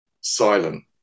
silent